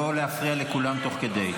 לא להפריע לכולם תוך כדי.